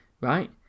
right